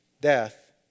death